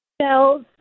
shells